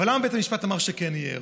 אבל למה בית משפט אומר שכן יהיה אירוע?